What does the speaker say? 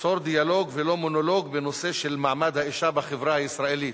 ליצור דיאלוג ולא מונולוג בנושא של מעמד האשה בחברה הישראלית,